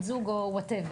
בת הזוג או וואטאבר.